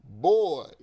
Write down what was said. boy